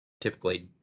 typically